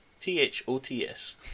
T-H-O-T-S